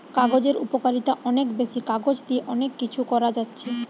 কাগজের উপকারিতা অনেক বেশি, কাগজ দিয়ে অনেক কিছু করা যাচ্ছে